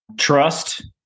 trust